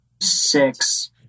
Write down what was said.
Six